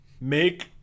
make